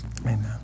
Amen